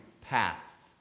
path